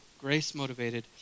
Grace-motivated